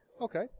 Okay